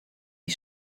die